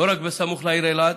לא רק בסמוך לעיר אלעד.